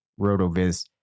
RotoViz